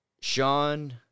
Sean